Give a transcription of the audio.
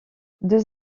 deux